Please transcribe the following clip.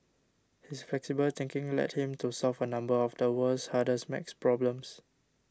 his flexible thinking led him to solve a number of the world's hardest math problems